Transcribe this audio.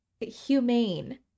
humane